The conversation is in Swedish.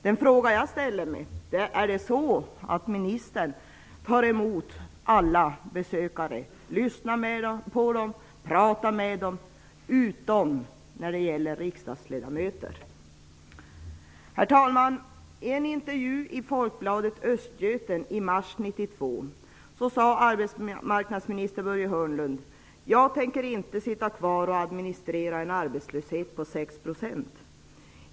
Den fråga jag ställer mig är: Är det så att ministern tar emot alla besökare, lyssnar på dem och pratar med dem -- utom om de är riksdagsledamöter? Herr talman! I en intervju i Folkbladet Östgöten i mars 1992 sade arbetsmarknadsminister Börje Hörnlund: Jag tänker inte sitta kvar och administrera en arbetslöshet på 6 %.